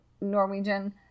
Norwegian